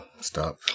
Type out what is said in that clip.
stop